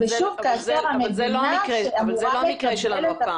אבל זה לא המקרה שלנו כי